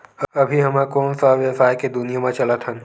अभी हम ह कोन सा व्यवसाय के दुनिया म चलत हन?